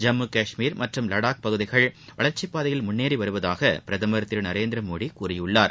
ஜம்மு கஷ்மீர் மற்றும் லடாக் பகுதிகள் வளர்ச்சிப் பாதையில் முன்னேறி வருவதாக பிரதமர் திரு நரேந்திர மோடி கூறியுள்ளார்